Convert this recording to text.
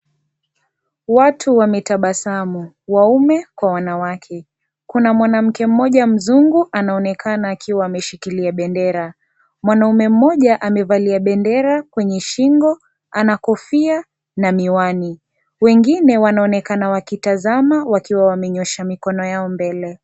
Watu wametabasamu. Waume kwa wanawake. Kuna mwanamke mmoja mzungu, anaonekana akiwa ameshikilia bendera. Mwanamme mmoja amevalia bendera kwenye shingo, ana kofia na miwani. Wengine wanaonekana wakitazama wakiwa wamenyoosha mikono yao mbele.